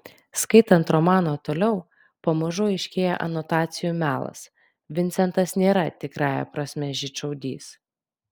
skaitant romaną toliau pamažu aiškėja anotacijų melas vincentas nėra tikrąja prasme žydšaudys